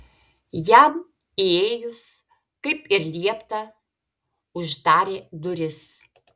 jam įėjus kaip ir liepta uždarė duris